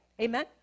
Amen